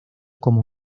como